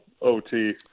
OT